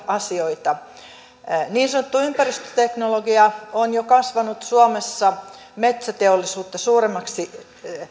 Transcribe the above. asioita niin sanottu ympäristöteknologia on jo kasvanut suomessa metsäteollisuutta suuremmaksi